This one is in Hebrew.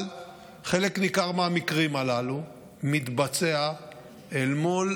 אבל חלק ניכר מהמקרים הללו מתבצעים מול